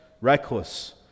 reckless